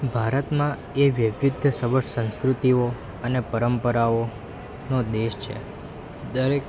ભારતમાં એ વૈવિધ્ય સભર સંસ્કૃતિઓ અને પરંપરાઓનો દેશ છે દરેક